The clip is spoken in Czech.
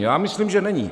Já myslím, že není.